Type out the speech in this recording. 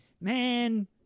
man